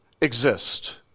exist